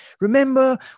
remember